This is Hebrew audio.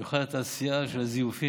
במיוחד על התעשייה של הזיופים,